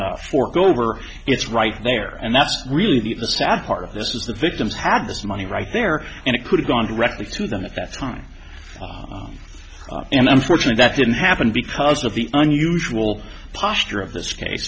would forego over it's right there and that's really the sad part of this is that victims have this money right there and it could have gone directly to them at that time and i'm fortunate that didn't happen because of the unusual posture of this case